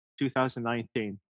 2019